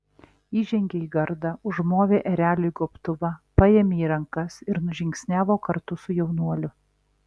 įžengė į gardą užmovė ereliui gobtuvą paėmė į rankas ir nužingsniavo kartu su jaunuoliu